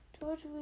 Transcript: George